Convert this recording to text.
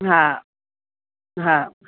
हा हा